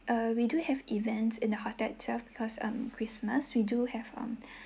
err we do have events in the hotel itself because um christmas we do have um